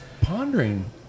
pondering